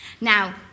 Now